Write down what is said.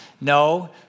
No